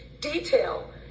detail